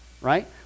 right